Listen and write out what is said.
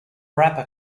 rapper